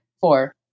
Four